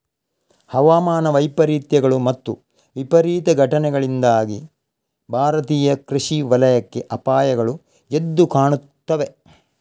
ಹವಾಮಾನ ವೈಪರೀತ್ಯಗಳು ಮತ್ತು ವಿಪರೀತ ಘಟನೆಗಳಿಂದಾಗಿ ಭಾರತೀಯ ಕೃಷಿ ವಲಯಕ್ಕೆ ಅಪಾಯಗಳು ಎದ್ದು ಕಾಣುತ್ತವೆ